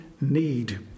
need